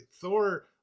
Thor